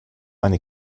eine